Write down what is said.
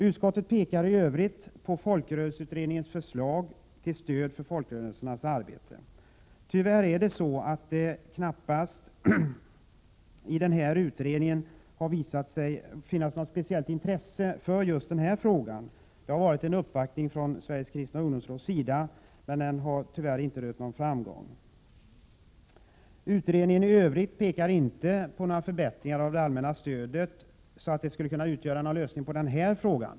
Utskottet pekar i övrigt på folkrörelseutredningens förslag till stöd för folkrörelsernas arbete. Tyvärr är det så, att det i denna utredning knappast har funnits något intresse för just den här frågan. Det har varit en uppvaktning från Sveriges kristna ungdomsråds sida, men den har tyvärr inte rönt någon framgång. Utredningen pekar i övrigt inte på några förbättringar av det allmänna stödet, så att det skulle kunna utgöra en lösning på frågan.